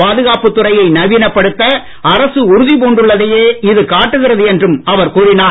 பாதுகாப்பு துறையை நவீனப்படுத்த அரசு உறுத்திப் பூண்டுள்ளதையே இது காட்டுகிறது என்றும் அவர் கூறினார்